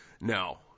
No